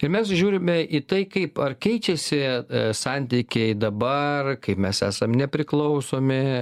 ir mes žiūrime į tai kaip ar keičiasi santykiai dabar kaip mes esam nepriklausomi